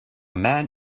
man